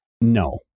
No